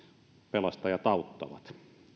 pelastajat auttavat